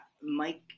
Mike